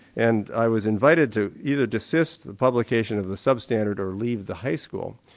and i was invited to either desist the publication of the substandard or leave the high school,